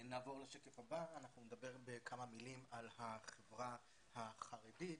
אנחנו נדבר בכמה מילים על החברה החרדית.